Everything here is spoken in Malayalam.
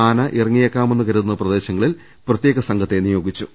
ആന ഇറ ങ്ങിയേക്കാമെന്നു കരുതുന്ന പ്രദേശങ്ങളിൽ പ്രത്യേക സംഘത്തെ നിയോഗിച്ചു